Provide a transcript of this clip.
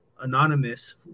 anonymous